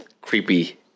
creepy